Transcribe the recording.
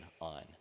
on